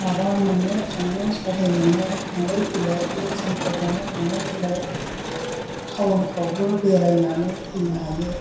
माबा मोननो थांनो सहाय मोननो थांलाय फैलाय बे ट्रेनफोरजोंनो थांलाय फैलाय टाउनफ्रावबो बेरायनानै फैनो हायो